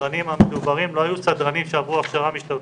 הסדרנים המדוברים לא היו סדרנים שעברו הכשרה משטרתית.